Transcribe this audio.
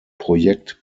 projekt